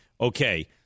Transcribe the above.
Okay